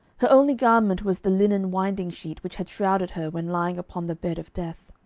her only garment was the linen winding-sheet which had shrouded her when lying upon the bed of death.